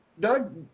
Doug